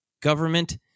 government